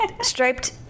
striped